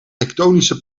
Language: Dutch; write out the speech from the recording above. tektonische